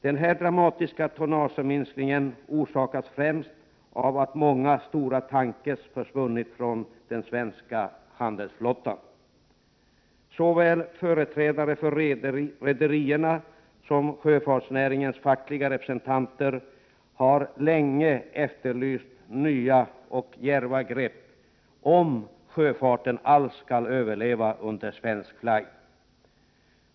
Den här dramatiska tonnageminskningen har orsakats främst av att många stora tankrar har försvunnit från den svenska handelsflottan. Företrädare för såväl rederierna som sjöfartsnäringens fackliga representanter har länge efterlyst nya och djärva grepp, om sjöfarten alls skall överleva under svensk flagg.